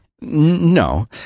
no